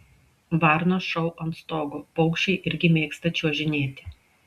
varnos šou ant stogo paukščiai irgi mėgsta čiuožinėti